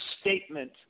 statement